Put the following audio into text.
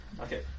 Okay